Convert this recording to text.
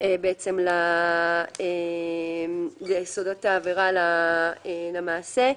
בעצם ליסודות העבירה למעשה,